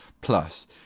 plus